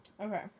Okay